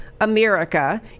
America